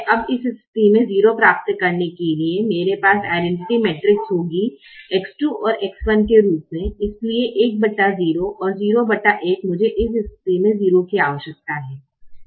अब इस स्थिति में 0 प्राप्त करने के लिए मेरे पास आइडैनटिटि मैट्रिक्स होगी X 2 और X 1 के अनुरूप इसलिए 1 0 0 1 मुझे इस स्थिति में 0 की आवश्यकता है